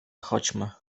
chodźmy